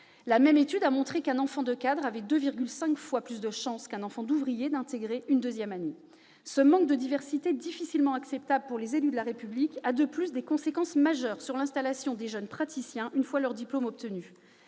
La même étude a montré qu'un enfant de cadre avait 2,5 fois plus de chances qu'un enfant d'ouvrier d'intégrer une deuxième année. Ce manque de diversité, difficilement acceptable pour les élus de la République, a, de plus, des conséquences majeures sur l'installation des jeunes praticiens une fois leur diplôme obtenu.